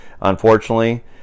Unfortunately